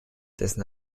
dessen